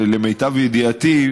ולמיטב ידיעתי,